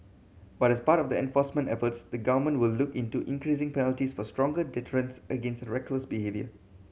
but as part of the enforcement efforts the government will look into increasing penalties for stronger deterrence against reckless behaviour